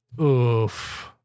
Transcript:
Oof